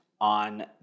on